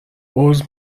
عذر